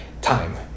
time